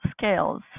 scales